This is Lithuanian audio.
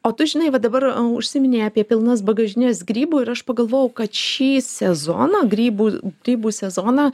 o tu žinai va dabar užsiminei apie pilnas bagažines grybų ir aš pagalvojau kad šį sezoną grybų grybų sezoną